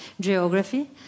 geography